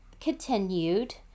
continued